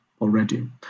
already